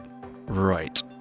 Right